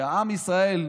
עם ישראל,